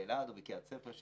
באלעד או בקריית ספר,